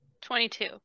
Twenty-two